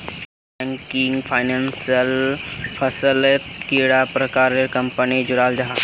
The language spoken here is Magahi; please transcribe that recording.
नॉन बैंकिंग फाइनेंशियल फसलोत कैडा प्रकारेर कंपनी जुराल जाहा?